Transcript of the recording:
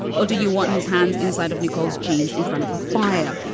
or do you want his hands inside of nicoles jeans in front of a fire?